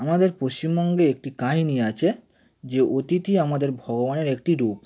আমাদের পশ্চিমবঙ্গে একটি কাহিনি আছে যে অতিথি আমাদের ভগবানের একটি রূপ